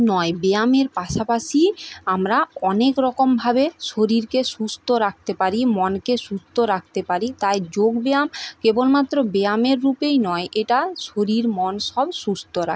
নয় ব্যায়ামের পাশাপাশি আমরা অনেকরকমভাবে শরীরকে সুস্থ রাখতে পারি মনকে সুস্থ রাখতে পারি তাই যোগ ব্যায়াম কেবলমাত্র ব্যায়ামের রূপেই নয় এটা শরীর মন সব সুস্থ রা